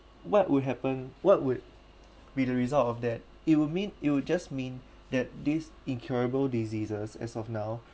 what would happen what would be the result of that it would mean it will just mean that this incurable diseases as of now